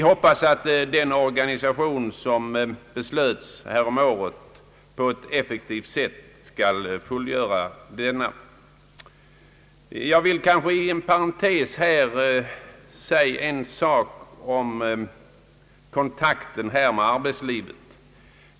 Vi hoppas att den organisation som beslutades härom året på ett effektivt sätt skall fullgöra denna uppgift.